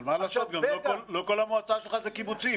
אבל מה לעשות, גם לא כל המועצה שלך זה קיבוצים.